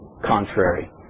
contrary